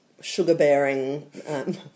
sugar-bearing